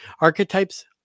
Archetypes